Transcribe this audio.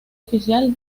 oficial